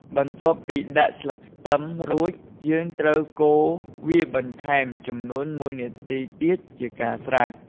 បន្ទាប់ពីដាក់់ស្លឹកខ្ទឹមរួច យើងត្រូវកូរវាបន្ថែមចំនួន១នាទីទៀតជាការស្រេច។